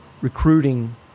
recruiting